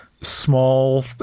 small